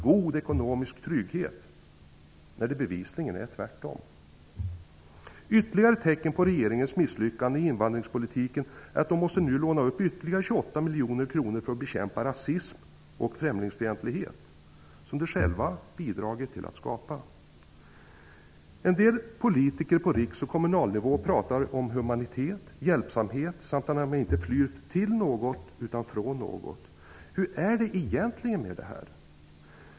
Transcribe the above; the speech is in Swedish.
Ytterligare tecken på regeringens misslyckanden i invandringspolitiken är att de nu måste låna upp ytterligare 28 miljoner kronor för att bekämpa rasism och främlingsfientlighet, som de själva bidragit till att skapa. En del politiker på riks och kommunalnivå pratar om humanitet, hjälpsamhet samt att man inte flyr till något utan från något. Hur är det egentligen med detta?